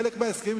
בחלק מההסכמים,